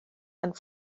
and